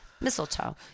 mistletoe